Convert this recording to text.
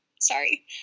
sorry